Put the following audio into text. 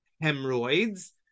hemorrhoids